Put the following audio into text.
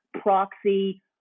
proxy